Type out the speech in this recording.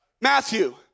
Matthew